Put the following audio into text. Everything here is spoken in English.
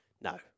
No